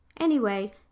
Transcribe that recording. Anyway